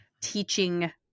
teaching